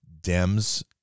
Dems